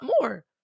more